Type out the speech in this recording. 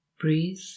Breathe